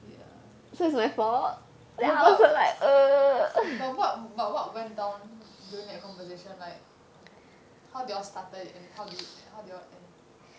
ya no but but what but what went down during that conversation like how did you all started it and how did how did you all end